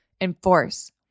enforce